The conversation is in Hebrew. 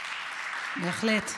(מחיאות כפיים) בהחלט.